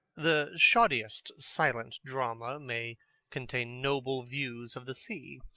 the shoddiest silent drama may contain noble views of the sea.